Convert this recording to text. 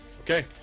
Okay